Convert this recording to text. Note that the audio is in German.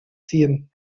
ziehen